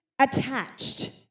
attached